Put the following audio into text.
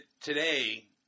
today